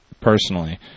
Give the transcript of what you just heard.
personally